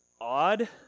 odd